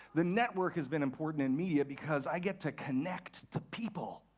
the network has been important in media, because i get to connect to people.